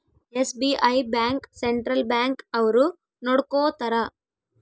SBI bank central bank ಅವ್ರು ನೊಡ್ಕೋತರ